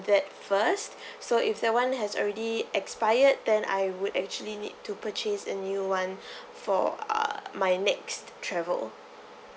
that first so if that one has already expired then I would actually need to purchase a new one for err my next travel